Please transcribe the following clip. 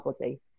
body